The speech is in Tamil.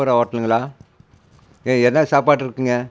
ஹோட்டலுங்களாக ஆ என்ன சாப்பாடு இருக்குதுங்க